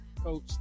coach